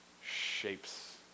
shapes